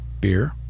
beer